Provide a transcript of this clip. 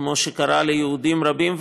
כמו שקרה ליהודים רבים,